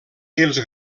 els